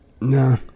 no